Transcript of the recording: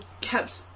kept